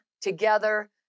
together